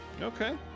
Okay